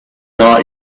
not